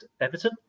Everton